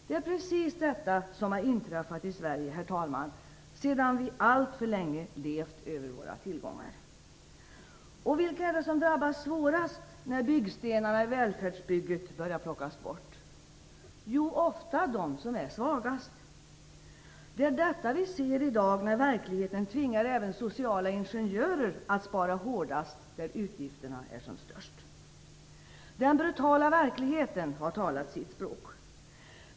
Det är precis detta som inträffat i Sverige, herr talman, sedan vi alltför länge levt över våra tillgångar. Och vilka är det som drabbas svårast när byggstenarna i "välfärdsbygget" börjar plockas bort? Jo, ofta de som är svagast. Det är detta vi ser i dag när verkligheten tvingar även "sociala ingenjörer" att spara hårdast där utgifterna är som störst. Den brutala verkligheten har talat sitt språk.